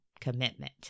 commitment